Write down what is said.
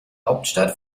hauptstadt